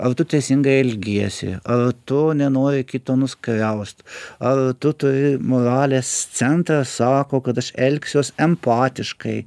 ar tu teisingai elgiesi ar tu nenori kito nuskriaust ar tu turi moralės centą sako kad aš elgsiuos empatiškai